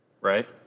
right